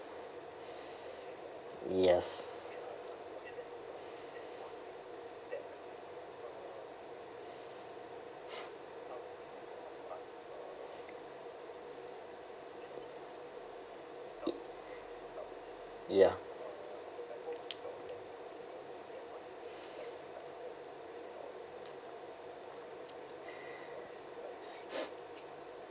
yes ya